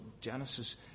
Genesis